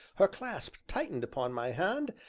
her clasp tightened upon my hand,